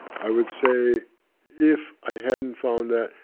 i would say if i hadn't found that,